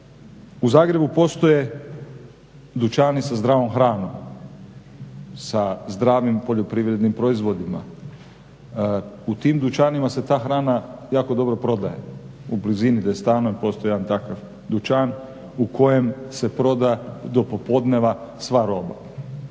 U Zagrebu postoje dućani sa zdravom hranom sa zdravim poljoprivrednim proizvodima. U tim dućanima se ta hrana jako dobro prodaje. U blizini gdje stanujem postoji jedan takav dućan u kojem se proda do popodneva sva roba.